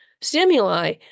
stimuli